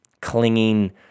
clinging